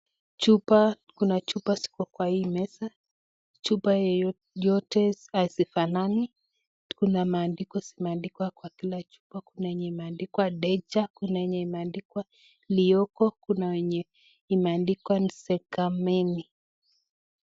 Chupa Kuna chupa yenye iko kwa hii meza, chupa yeyote hazifanani Kuna maandiko zimeandikwa kwa Kila chupa Kuna yenye imeandikwa danger Kuna yenye imeandikwa lioko Kuna yenye imeandikwa nzakameni.